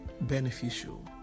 beneficial